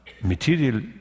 material